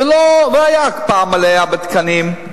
והיתה הקפאה מלאה בתקנים,